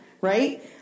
right